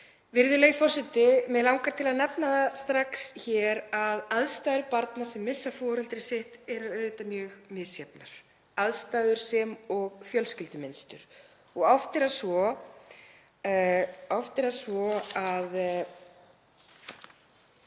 Virðulegi forseti. Mig langar til að nefna strax hér að aðstæður barna sem missa foreldri sitt eru auðvitað mjög misjafnar, aðstæður sem og fjölskyldumynstur. Oft er það svo þegar barn